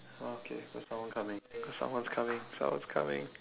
okay got someone coming someone's coming someone's coming